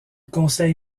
conseil